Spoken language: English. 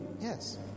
Yes